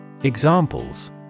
Examples